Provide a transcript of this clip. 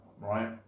Right